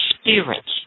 spirits